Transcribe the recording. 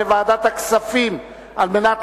לדיון מוקדם בוועדת הכספים נתקבלה.